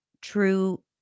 true